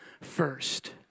first